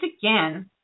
again